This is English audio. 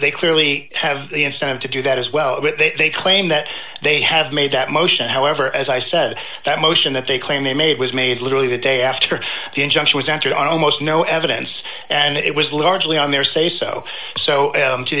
they clearly have the incentive to do that as well but they claim that they have made that motion however as i said that motion that they claim they made was made literally the day after the injunction was entered almost no evidence and it was largely on their say so so